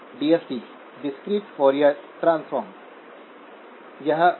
DFT discrete Fourier transform